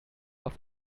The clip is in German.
auf